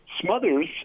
Smothers